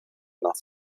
nach